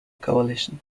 coalitions